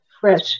fresh